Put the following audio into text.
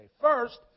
First